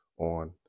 on